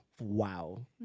wow